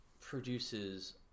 produces